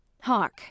Hark